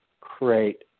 create